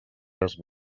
les